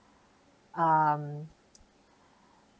um